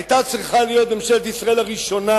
היתה צריכה להיות ממשלת ישראל הראשונה,